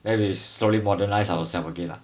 then we slowly modernised ourselves again ah